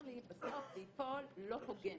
אתה אומר לי שבסוף זה ייפול לא הוגן.